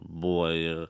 buvo ir